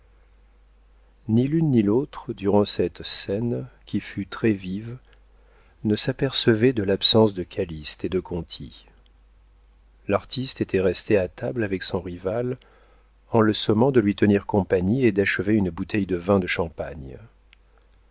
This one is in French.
ni l'une ni l'autre durant cette scène qui fut très vive ne s'apercevait de l'absence de calyste et de conti l'artiste était resté à table avec son rival en le sommant de lui tenir compagnie et d'achever une bouteille de vin de champagne